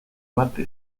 marte